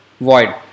void